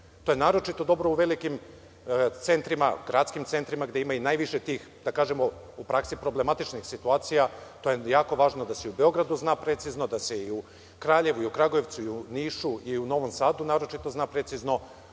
To je naročito dobro u velikim centrima, gradskim centrima gde ima i najviše tih, da kažemo, u praksi problematičnih situacija. To je jako važno da se i u Beogradu zna precizno, da e i u Kraljevu, Kragujevcu, Nišu, Novom Sadu naročito zna precizno,